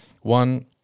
one